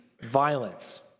violence